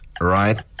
Right